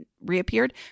reappeared